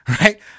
Right